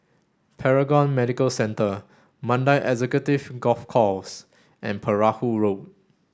Paragon Medical Centre Mandai Executive Golf Course and Perahu Road